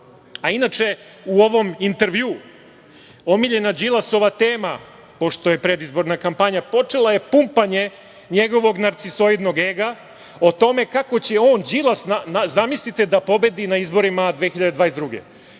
u ovom intervjuu omiljena Đilasova tema, pošto je predizborna kampanja počela je pumpanje njegovog narcisoidnog ega o tome kako će on Đilas, zamislite, da pobedi na izborima 2022.